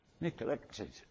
neglected